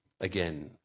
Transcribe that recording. again